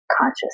conscious